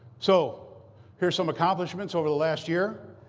so here are some accomplishments over the last year.